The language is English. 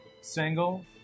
single